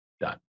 done